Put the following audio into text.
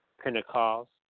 Pentecost